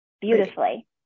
beautifully